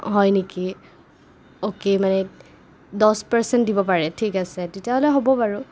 হয় নেকি অ'কে মানে দহ পাৰ্চেণ্ট দিব পাৰে ঠিক আছে তেতিয়া হ'লে হ'ব বাৰু